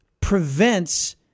prevents